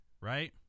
right